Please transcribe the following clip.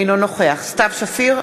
אינו נוכח סתיו שפיר,